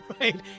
Right